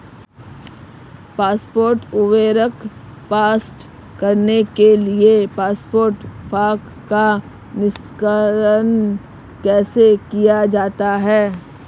Phosphate उर्वरक प्राप्त करने के लिए फॉस्फेट रॉक का निष्कर्षण कैसे किया जाता है?